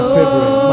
February